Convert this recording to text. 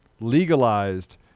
legalized